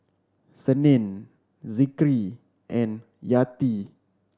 Senin Zikri and Yati